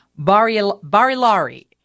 Barilari